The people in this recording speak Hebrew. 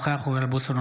אינו נוכח אוריאל בוסו,